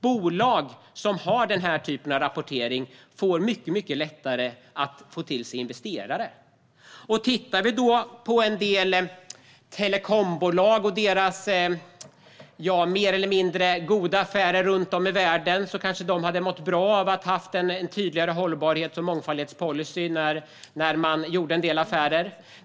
Bolag som har sådan rapportering drar lättare till sig investerare. Ser man på en del telekombolag och deras mer eller mindre goda affärer runt om i världen kan man tycka att de kanske hade mått bra av att ha en tydligare hållbarhets och mångfaldspolicy vid vissa affärer.